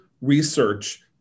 research